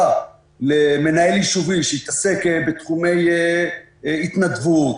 למנהל יישובי שיתעסק בתחומי התנדבות,